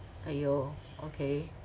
!aiyo! okay